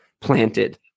planted